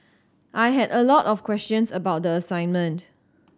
I had a lot of questions about the assignment